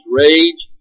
rage